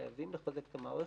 חייבים לחזק את המערכת.